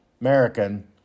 American